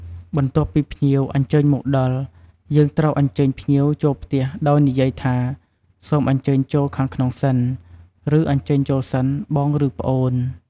បន្ទាប់ពីភ្ញៀវអញ្ជើញមកដល់ យើងត្រូវអញ្ជើញភ្ញៀវចូលផ្ទះដោយនិយាយថា សូមអញ្ជើញចូលខាងក្នុងសិន ឬអញ្ជើញចូលសិនបង ឬប្អូន។